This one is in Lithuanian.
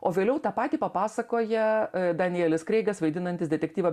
o vėliau tą patį papasakoja danielis kreigas vaidinantis detektyvą